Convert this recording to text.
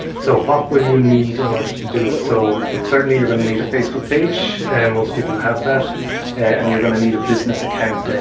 so, what will you need in order to do it? so certainly, you're going to need a facebook page and most people have that and your going to need a business account.